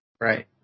Right